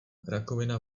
rakovina